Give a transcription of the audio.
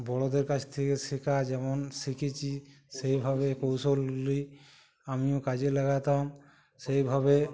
বড়োদের কাছে থেকে শেখা যেমন শিখেছি সেইভাবে কৌশলগুলি আমিও কাজে লাগাতাম সেইভাবে